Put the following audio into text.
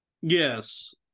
Yes